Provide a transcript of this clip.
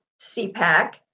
CPAC